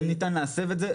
האם ניתן להסב את זה?